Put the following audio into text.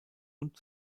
und